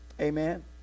Amen